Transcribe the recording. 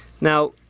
Now